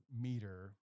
meter